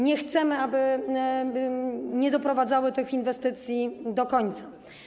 Nie chcemy, aby nie doprowadzały tych inwestycji do końca.